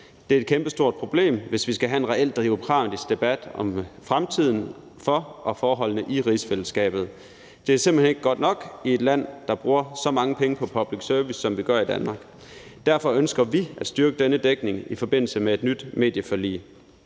det er et kæmpestort problem, hvis vi skal have en reel demokratisk debat om fremtiden for og forholdene i rigsfællesskabet. Det er simpelt hen ikke godt nok i et land, der bruger så mange penge på public service, som vi gør i Danmark, og derfor ønsker vi at styrke denne dækning i forbindelse med et nyt medieforlig.